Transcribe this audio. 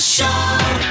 Show